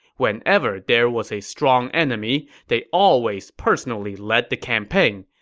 whenever there was a strong enemy, they always personally led the campaign.